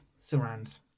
surrounds